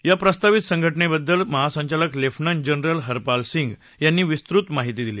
या प्रस्तावित संघटने बद्दल महासंचालक लेफ्टनंट जनरल इरपाल सिंग यांनी विस्तृत माहिती दिली